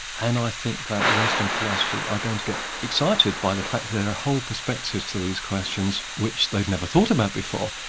and i think that western philosophers are going to get excited by the fact that there are whole perspectives to these questions which they've never thought about before,